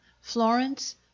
Florence